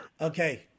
okay